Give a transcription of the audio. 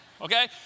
Okay